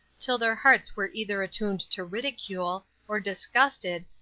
till their hearts were either attuned to ridicule or disgusted,